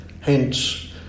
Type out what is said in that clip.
Hence